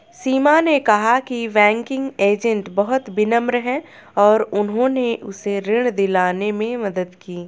सीमा ने कहा कि बैंकिंग एजेंट बहुत विनम्र हैं और उन्होंने उसे ऋण दिलाने में मदद की